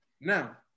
Now